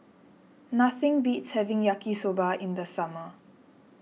nothing beats having Yaki Soba in the summer